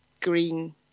green